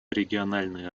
региональные